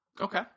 Okay